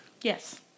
yes